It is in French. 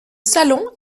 salons